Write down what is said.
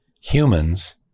humans